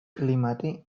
კლიმატი